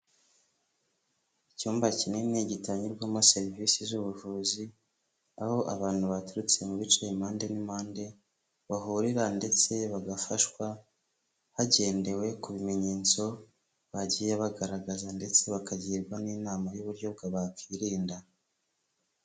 Icyumba kinini gitangirwamo serivisi z'ubuvuzi, aho abantu baturutse mu bice, impande n'impande bahurira ndetse bagafashwa hagendewe ku bimenyetso bagiye bagaragaza ndetse bakagirwa n'inama y'uburyo bakwirinda.